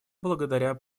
благодаря